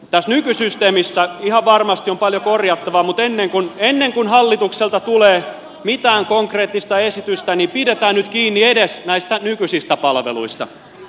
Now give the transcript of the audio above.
tässä nykysysteemissä ihan varmasti on paljon korjattavaa mutta ennen kuin hallitukselta tulee mitään konkreettista esitystä niin pidetään nyt kiinni edes näistä nykyisistä palveluista